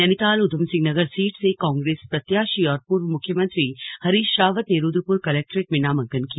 Nainital Udham Singh Nagar seat से कांग्रेस प्रत्याशी और पूर्व मुख्यमंत्री हरीश रावत ने रुद्रपुर कलेक्ट्रेट में नामांकन किया